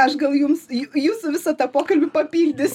aš gal jums jū jūsų visą tą pokalbį papildysiu